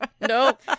Nope